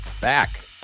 back